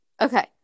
Okay